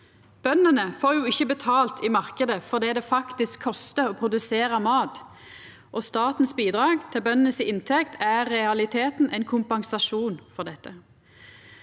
Bøndene får jo ikkje betalt i marknaden for det det faktisk kostar å produsera mat, og statens bidrag til inntekta til bøndene er i realiteten ein kompensasjon for dette.